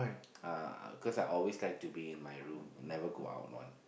uh cause I always like to be in my room I never go out [one]